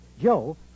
Joe